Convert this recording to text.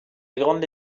grande